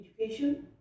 education